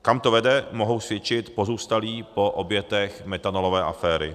Kam to vede, mohou svědčit pozůstalí po obětech metanolové aféry.